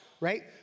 right